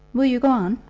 will you go on?